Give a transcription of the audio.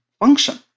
function